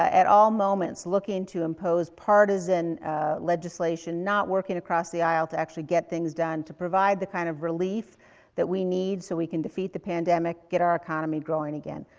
at all moments, looking to impose partisan legislation, not working across the aisle to actually get things done, to provide the kind of relief that we need so we can defeat the pandemic, get our economy growing again.